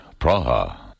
Praha